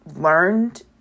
learned